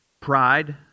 pride